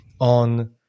on